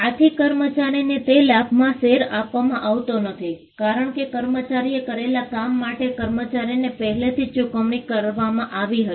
આથી કર્મચારીને તે લાભમાં શેર આપવામાં આવતો નથી કારણ કે કર્મચારીએ કરેલા કામ માટે કર્મચારીને પહેલેથી જ ચુકવણી કરવામાં આવી હતી